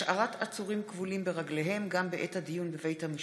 השארת עצורים כבולים ברגליהם גם בעת הדיון בבית המשפט.